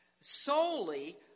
solely